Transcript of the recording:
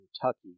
Kentucky